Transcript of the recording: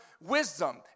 Wisdom